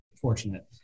fortunate